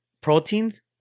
proteins